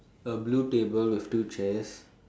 a blue table with two chairs